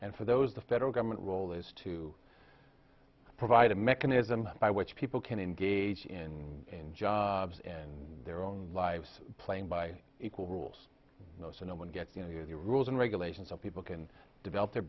and for those the federal government role is to provide a mechanism by which people can engage in jobs and their own lives playing by equal rules you know so no one gets you know the rules and regulations so people can develop their